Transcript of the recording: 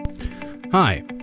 Hi